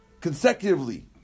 consecutively